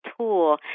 tool